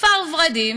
כפר ורדים